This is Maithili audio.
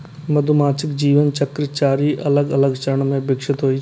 मधुमाछीक जीवन चक्र चारि अलग अलग चरण मे विकसित होइ छै